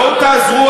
בואו תעזרו,